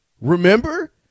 remember